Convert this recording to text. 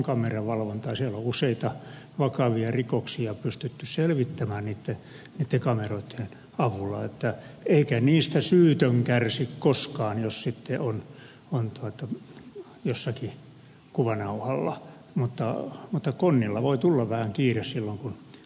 siellä on useita vakavia rikoksia pystytty selvittämään niitten kameroitten avulla eikä niistä syytön kärsi koskaan jos sitten on jossakin kuvanauhalla mutta konnilla voi tulla vähän kiire silloin kun kamerat toimivat